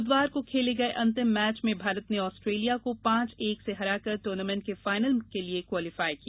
बुधवार को खेले गए अंतिम मैच में भारत ने आस्ट्रेलिया को पांच एक से हरा कर टूर्नामेंट के फाइनल के लिए क्वालिफाई किया